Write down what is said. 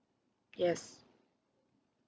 yes